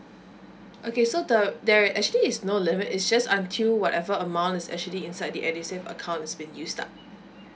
okay so the there actually is no limit is just until whatever amount is actually inside the edusave accounts has been used up